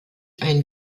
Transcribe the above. ein